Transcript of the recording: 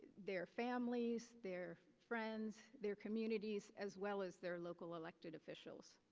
their families, their friends, their communities, as well as their local elected officials.